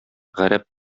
гарәп